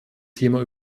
thema